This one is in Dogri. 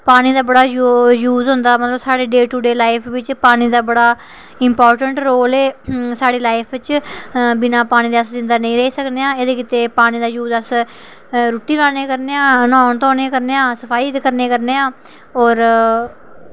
पानी दा बड़ा यूज़ होंदा मतलब साढ़ी डे टू डे लाईफ बिच पानी दा बड़ा इम्पार्टेंट रोल ऐ साढ़ी लाईफ बिच बिना पानी दे अस जींदा नेईं रेही सकने आं एह्दे गित्तै पानी दा यूज़ अस रुट्टी बनाने गी करने आं न्हैने धोने गी करने आं अस सफाई करने गी करने आं होर